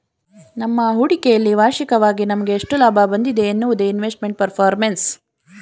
ನಮ್ಮ ಹೂಡಿಕೆಯಲ್ಲಿ ವಾರ್ಷಿಕವಾಗಿ ನಮಗೆ ಎಷ್ಟು ಲಾಭ ಬಂದಿದೆ ಎನ್ನುವುದೇ ಇನ್ವೆಸ್ಟ್ಮೆಂಟ್ ಪರ್ಫಾರ್ಮೆನ್ಸ್